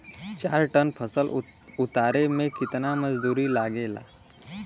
चार टन फसल उतारे में कितना मजदूरी लागेला?